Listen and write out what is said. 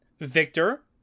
Victor